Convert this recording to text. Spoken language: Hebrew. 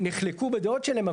נחלקו בדעות שלהם,